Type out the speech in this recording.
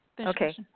Okay